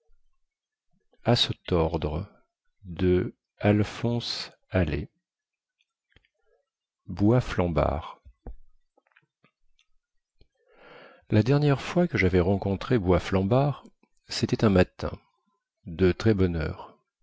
la dernière fois que javais rencontré boisflambard cétait un matin